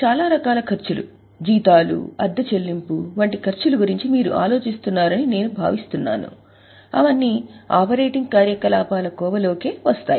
చాలా రకాల ఖర్చులు జీతాలు అద్దె చెల్లింపు వంటి ఖర్చులు గురించి మీరు ఆలోచిస్తున్నారని నేను భావిస్తున్నాను అవన్నీ ఆపరేటింగ్ కార్యకలాపాల కోవ లోకి వస్తాయి